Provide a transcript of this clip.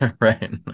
Right